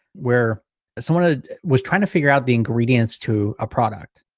where someone ah was trying to figure out the ingredients to a product.